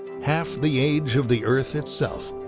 half the age of the earth itself.